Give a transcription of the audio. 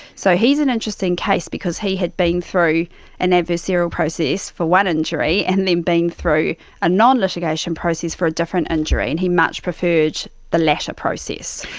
so he's an interesting case because he had been through an adversarial process for one injury and then been through a non-litigation process for a different injury, and he much preferred the latter process.